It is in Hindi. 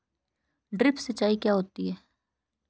ड्रिप सिंचाई क्या होती हैं?